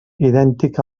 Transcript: idèntic